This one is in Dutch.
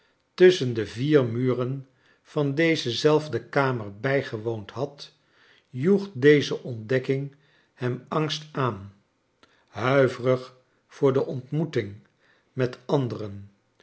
tusschen de vier muren van deze zelfde kamer bijgewoond had joeg deze ontdekking hem angst aan huiverig voor de ontmoeting met anderen